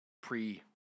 pre